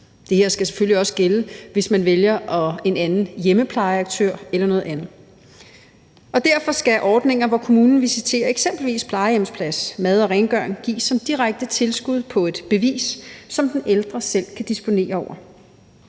også gælde, hvis man vælger en anden hjemmeplejeaktør eller noget andet. Derfor skal ordninger, hvor kommunen visiterer til eksempelvis en plejehjemsplads, mad og rengøring, gives som direkte tilskud på et bevis, som den ældre selv kan disponere over.